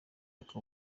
akaba